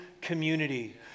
community